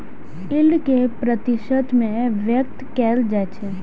yield कें प्रतिशत मे व्यक्त कैल जाइ छै